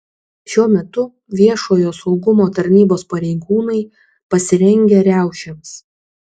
šiuo metu viešojo saugumo tarnybos pareigūnai pasirengę riaušėms